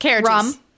rum